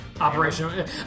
Operation